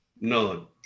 None